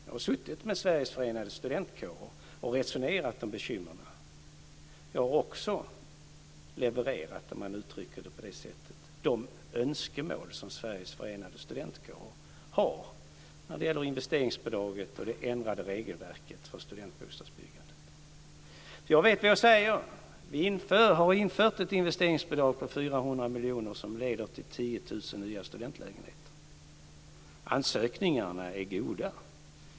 Jag har suttit med Sveriges Förenade Studentkårer och resonerat om bekymren. Jag har också levererat, om man uttrycker det på det sättet, de önskemål som Sveriges Förenade Studentkårer har när det gäller investeringsbidrag och det ändrade regelverket för studentbostadsbyggandet. Jag vet vad jag säger. Vi har infört ett investeringsbidrag på 400 miljoner som leder till 10 000 nya studentlägenheter. Ansökningarna är goda.